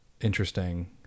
interesting